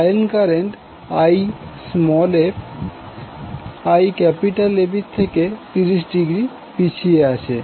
line current Ia IABএর থেকে 30০ পিছিয়ে আছে